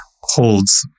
holds